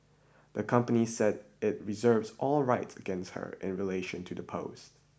the company said it reserves all rights against her in relation to the post